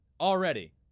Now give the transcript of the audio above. Already